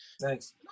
Thanks